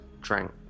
drank